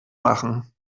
machen